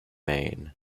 main